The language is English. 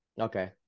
okay